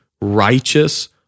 righteous